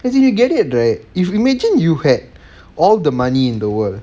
as in you get it right if you imagine you had all the money in the world